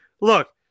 Look